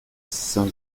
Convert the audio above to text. saint